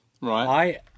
Right